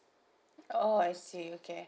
oh I see okay